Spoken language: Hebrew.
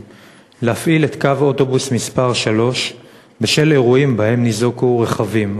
להפעיל את קו האוטובוס מס' 3 בשל אירועים שבהם ניזוקו רכבים,